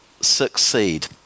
succeed